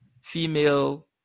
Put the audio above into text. female